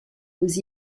aux